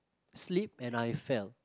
slip and I fell